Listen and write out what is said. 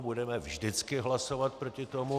Budeme vždycky hlasovat proti tomu.